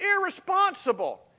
irresponsible